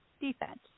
defense